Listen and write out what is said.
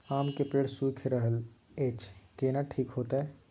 आम के पेड़ सुइख रहल एछ केना ठीक होतय?